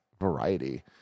Variety